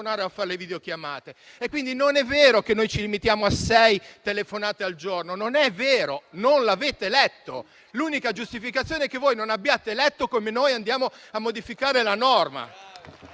a fare le videochiamate. Quindi, non è vero che ci limitiamo a sei telefonate al giorno; non è vero, non l'avete letto. L'unica giustificazione è che voi non avete letto come noi andiamo a modificare la norma.